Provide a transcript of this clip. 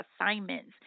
assignments